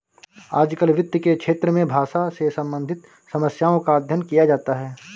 आजकल वित्त के क्षेत्र में भाषा से सम्बन्धित समस्याओं का अध्ययन किया जाता है